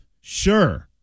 Sure